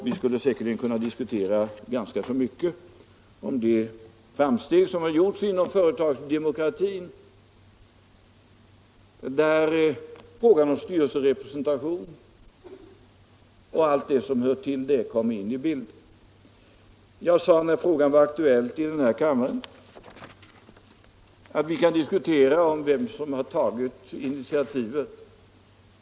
Vi skulle säkert kunna diskutera ganska mycket om de framsteg som har gjorts inom företagsdemokratin, där frågan om styrelserepresentationen och allt som hör till den kommer in i bilden. När frågan var aktuell sade jag till denna kammare att vi kan diskutera om vem som har tagit initiativet.